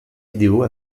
vidéo